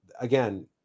again